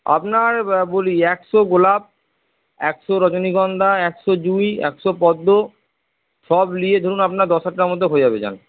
আপনার বলি একশো গোলাপ একশো রজনীগন্ধা একশো জুঁই একশো পদ্ম সব নিয়ে ধরুন আপনার দশ হাজার টাকার মধ্যে হয়ে যাবে যান